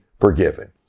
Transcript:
forgiven